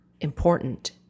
important